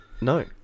no